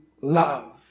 love